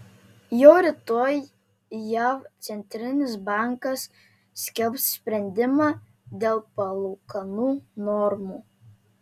jau rytoj jav centrinis bankas skelbs sprendimą dėl palūkanų normų